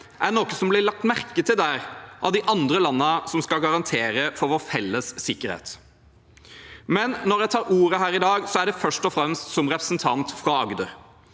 er noe som blir lagt merke til der av de andre landene som skal garantere for vår felles sikkerhet. Når jeg tar ordet her i dag, er det først og fremst som representant fra Agder,